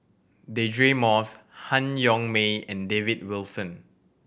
Deirdre Moss Han Yong May and David Wilson